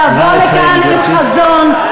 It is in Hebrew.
תבוא לכאן עם חזון,